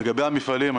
לגבי המפעלים,